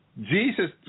Jesus